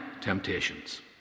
temptations